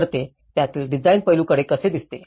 तर हे त्यातील डिझाइन पैलूकडे कसे दिसते